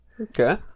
Okay